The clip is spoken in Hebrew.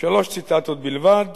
שלוש ציטטות בלבד